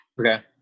Okay